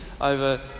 Over